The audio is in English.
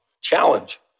challenge